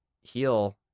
heal